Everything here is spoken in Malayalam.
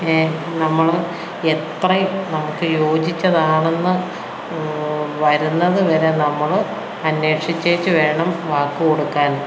നമ്മള് എത്രയും നമുക്കു യോജിച്ചതാണെന്ന് വരുന്നത് വരെ നമ്മള് അന്വേഷിച്ചേച്ച് വേണം വാക്ക് കൊടുക്കാൻ